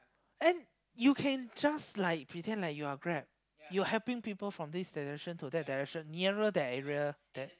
and you can just like pretend like you're Grab you're helping people from this direction to that direction nearer that area then